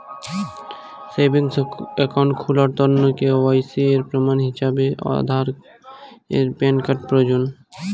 savings account খুলার তন্ন KYC এর প্রমাণ হিছাবে আধার আর প্যান কার্ড প্রয়োজন